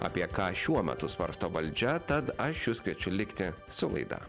apie ką šiuo metu svarsto valdžia tad aš jus kviečiu likti su laida